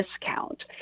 discount